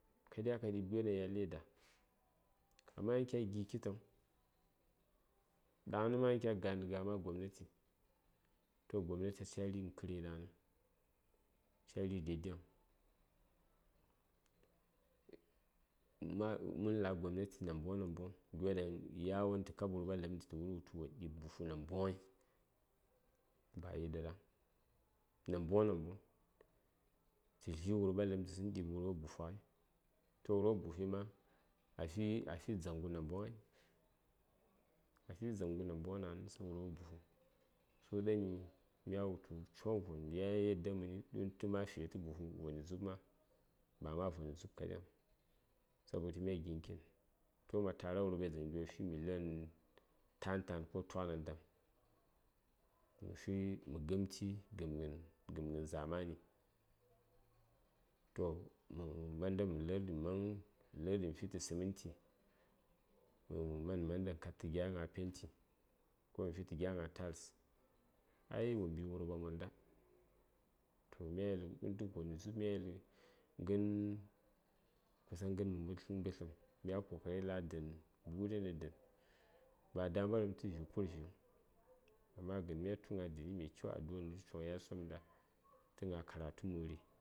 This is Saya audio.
ka diya ka ɗi:b gon ɗaŋ ya leda Amma yan kya gi kitəŋ daŋ ni ma yan kya gani ga:m a gobnati daŋni toh gobnates cari nə kərnyi ca ri dai daiŋ ma mən la gobnati namboŋ namboŋ gyo ɗaŋ yawon tə kab wurɓa ləpm ɗi tə wulghətu wo ɗi:b buhu namboŋyi bayi ɗaɗaŋ namboŋ namboŋ tə dli wurɓa ləpm tə səŋ ɗi:b ghənghə buhu ghai toh wurɓa buhu ma afi zaŋgu namboŋ ma ai afi zangu namboŋ tsən wurɓa buhu tə ɗan mya wultu coŋvon ya yardam məni du:n təma fiye tə buhu voni dzub ma bama voni dzub kaɗe huŋ sabotu mya ginə kitn toh ma tara wurɓas dzaŋyo fi million tan tan ko toknandam mə fi mə gəm ti gəm ghən zamani toh mə manda mə lərɗi mə fitə səmənti eah manda mə kadtə gya gna penti toh mə fitə gya gna tiles ai wo mbi wurɓa monda toh mya yeli du:n tə voni dzub mya yeli ghən kusan ghən nə gnərədkən mɓətləm mya kokari la: dən buren nə dən ba dambarəm tə vi: kurvi:ŋ amma gən myatu gna dəni mai kyau coŋ ya somghai tə gna karatu məri